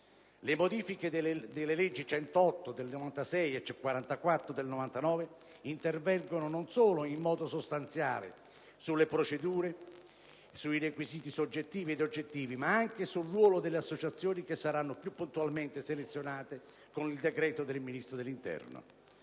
Le modifiche delle leggi n. 108 del 1996 e n. 44 del 1999 intervengono non solo in modo sostanziale sulle procedure, sui requisiti soggettivi e oggettivi, ma anche sul ruolo delle associazioni, che saranno più puntualmente selezionate con il decreto del Ministro dell'interno.